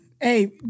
Hey